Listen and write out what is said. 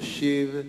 ישיב,